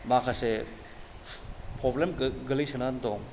माखासे प्रब्लेम गोलैसोनानै दं